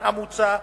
המוצע,